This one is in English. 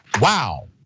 Wow